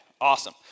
awesome